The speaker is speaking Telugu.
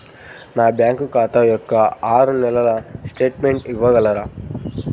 నా బ్యాంకు ఖాతా యొక్క ఆరు నెలల స్టేట్మెంట్ ఇవ్వగలరా?